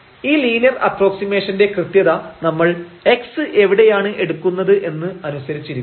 ഈ ലീനിയർ അപ്പ്രോക്സിമഷന്റെ കൃത്യത നമ്മൾ x എവിടെയാണ് എടുക്കുന്നത് എന്ന് അനുസരിച്ചിരിക്കും